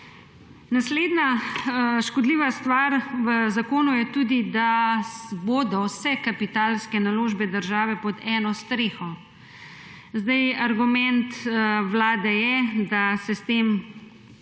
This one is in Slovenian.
Naslednja škodljiva stvar v zakonu je tudi, da bodo vse kapitalske naložbe države pod eno streho. Argument Vlade je, da se s tem